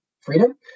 freedom